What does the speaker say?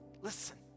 Listen